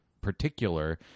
particular